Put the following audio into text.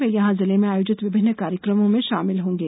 वे यहां जिले में आयोजित विभिन्न कार्यक्रमों में शामिल होंगे